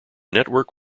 network